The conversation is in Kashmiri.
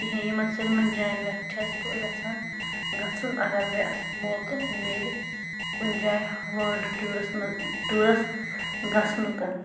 کِہیٖنۍ یِمَن سٲلِمَن جایَن وٮ۪س چھَس بہٕ وٮ۪ژھان گَژھُن اگر مےٚ موقعہٕ مِلہِ کُنہِ جایہِ وٲرلڈٕ ٹوٗرَس منٛز ٹوٗرَس گژھنُک